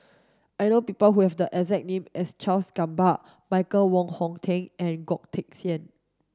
I know people who have the exact name as Charles Gamba Michael Wong Hong Teng and Goh Teck Sian